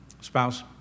spouse